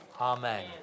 Amen